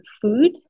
food